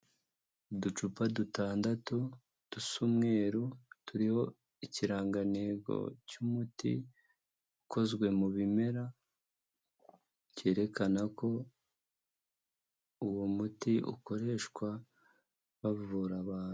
Uducupa dutandatu dusa umweru turimo ikirangantego cy'umuti ukozwe mu bimera, cyerekana ko uwo muti ukoreshwa bavura abantu.